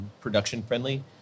production-friendly